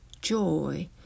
joy